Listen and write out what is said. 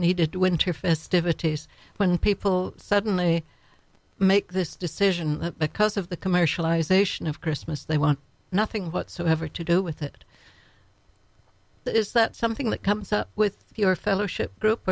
needed winter festivities when people suddenly make this decision because of the commercialization of christmas they want nothing whatsoever to do with it is that something that comes up with your fellowship group